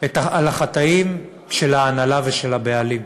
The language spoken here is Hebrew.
על החטאים של ההנהלה ושל הבעלים.